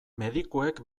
medikuek